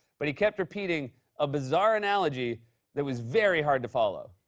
but he kept repeating a bizarre analogy that was very hard to follow.